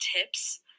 tips